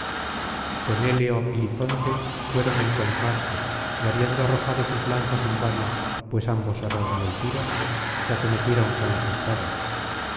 penéleo y liconte fueron á encontrarse y habiendo arrojado sus lanzas en vano pues ambos erraron el tiro se acometieron con las espadas